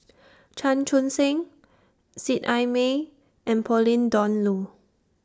Chan Chun Sing Seet Ai Mee and Pauline Dawn Loh